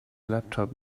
laptop